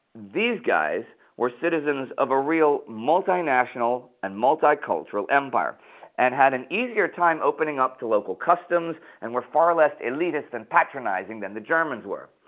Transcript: these guys were citizens of a real multi-national and multi-cultural empire and had an easier time opening up to local customs and were far less elitist and patronizing than the germans were.